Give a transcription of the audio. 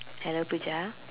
hello Primal